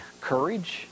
courage